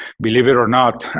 believe it or not,